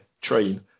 train